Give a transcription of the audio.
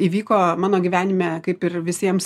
įvyko mano gyvenime kaip ir visiems